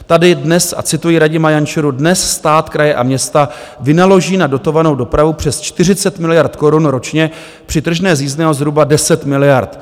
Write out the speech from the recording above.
Tady dnes, a cituji Radima Jančuru, dnes stát, kraje a města vynaloží na dotovanou dopravu přes 40 miliard korun ročně při tržbě z jízdného zhruba 10 miliard.